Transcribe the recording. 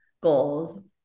goals